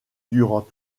durant